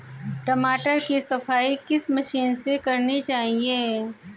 टमाटर की सफाई किस मशीन से करनी चाहिए?